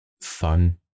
fun